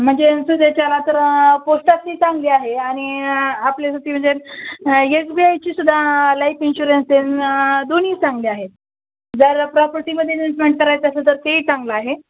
म्हणजे सध्याच्याला तर पोस्टातली चांगली आहे आणि आपल्यासाठी म्हणजे यस बी आयचीसुद्धा लाईफ इन्श्युरन्स तेनं दोन्ही चांगली आहेत जर प्रॉपर्टीमध्ये इन्वेस्मेंट करायचं असेल तर तेही चांगलं आहे